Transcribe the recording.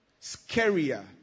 scarier